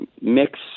Mix